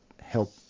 help